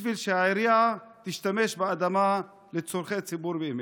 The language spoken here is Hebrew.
בשביל שהעירייה תשתמש באדמה לצורכי ציבור באמת.